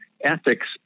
ethics